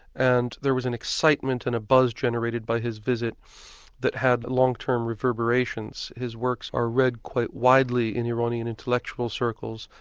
and there was an excitement and a buzz generated by his visit that had long-term reverberations. his works are read quite widely in iran intellectual circles,